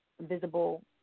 visible